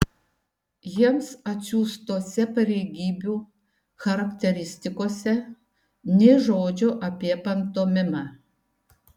jiems atsiųstose pareigybių charakteristikose nė žodžio apie pantomimą